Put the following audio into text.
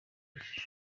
menshi